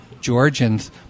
Georgians